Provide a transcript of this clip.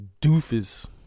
doofus